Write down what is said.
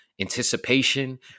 anticipation